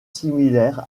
similaire